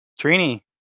Trini